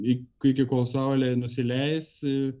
iki kol saulė nusileis